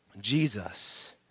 Jesus